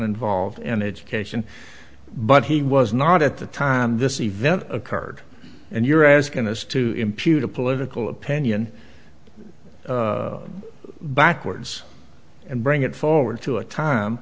involved in education but he was not at the time this event occurred and you're asking us to impute a political opinion backwards and bring it forward to a time